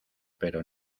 pero